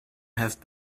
have